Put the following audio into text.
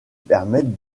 permettent